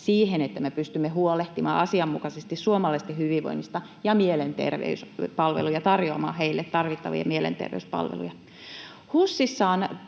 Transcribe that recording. siihen, että pystymme huolehtimaan asianmukaisesti suomalaisten hyvinvoinnista ja tarjoamaan heille tarvittavia mielenterveyspalveluja. HUSissa on